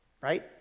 right